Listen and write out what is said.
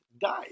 died